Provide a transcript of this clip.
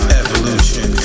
evolution